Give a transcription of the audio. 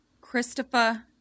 Christopher